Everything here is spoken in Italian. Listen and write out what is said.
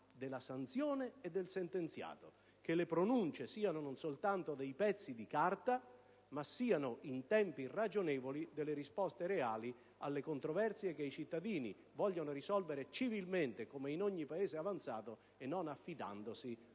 della sanzione e del sentenziato, che le pronunce siano non soltanto dei pezzi di carta, ma siano, in tempi ragionevoli, delle risposte reali alle controversie che i cittadini vogliono risolvere civilmente, come in ogni Paese avanzato, e non affidandosi ad altri